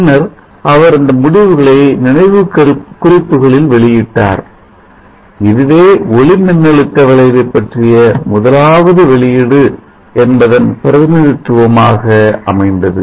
பின்னர் அவர் இந்த முடிவுகளை நினைவுக் குறிப்புகளில் வெளியிட்டார் இதுவே ஒளி மின்னழுத்த விளைவைப் பற்றிய முதலாவது வெளியீடு என்பதன் பிரதிநிதித்துவம் ஆகஅமைந்தது